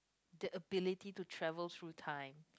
the ability to travel through time